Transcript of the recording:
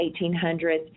1,800s